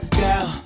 girl